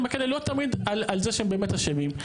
בכלא לא תמיד על זה שהם באמת אשמים.